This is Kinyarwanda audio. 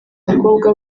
umukobwa